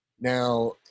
Now